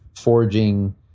Forging